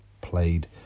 played